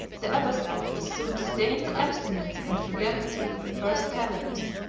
the abbassides soon disdained the abstinence and frugality of the first caliphs,